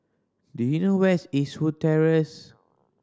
do you know where is Eastwood Terrace